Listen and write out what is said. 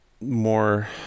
more